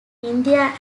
india